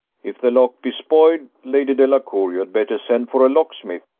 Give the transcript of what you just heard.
if the lock be spoiled, lady delacour, you had better send for a locksmith,